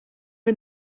wir